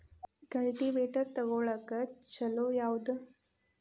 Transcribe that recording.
Cultivator ತೊಗೊಳಕ್ಕ ಛಲೋ ಯಾವದ?